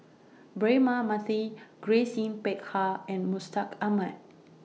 Braema Mathi Grace Yin Peck Ha and Mustaq Ahmad